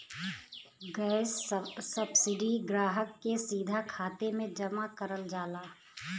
gas subsidy ग्राहक के सीधा खाते में जमा करल जाला